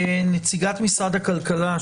נציגת משרד הכלכלה,